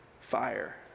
fire